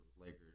Lakers